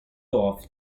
off